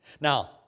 Now